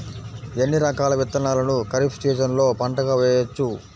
ఎన్ని రకాల విత్తనాలను ఖరీఫ్ సీజన్లో పంటగా వేయచ్చు?